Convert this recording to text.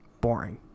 Boring